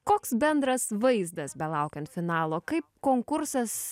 koks bendras vaizdas belaukiant finalo kaip konkursas